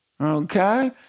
Okay